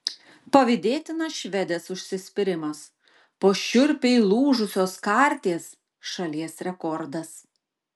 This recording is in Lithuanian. pavydėtinas švedės užsispyrimas po šiurpiai lūžusios karties šalies rekordas